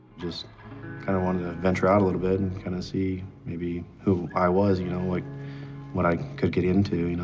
just kind of wanted to venture out a little bit and kind of see maybe who i was, you know, like what i could get into, you know.